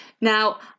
Now